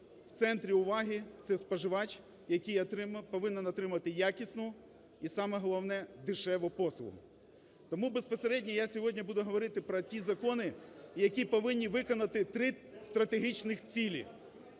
в центрі уваги – це споживач, який повинен отримувати якісну і, саме головне, дешеву послугу. Тому безпосередньо, я сьогодні буду говорити про ті закони, які повинні виконати три стратегічних цілі.